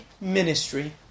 ministry